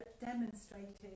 demonstrated